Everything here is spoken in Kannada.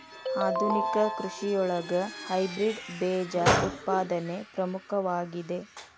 ಆಧುನಿಕ ಕೃಷಿಯೊಳಗ ಹೈಬ್ರಿಡ್ ಬೇಜ ಉತ್ಪಾದನೆ ಪ್ರಮುಖವಾಗಿದೆ